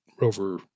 Rover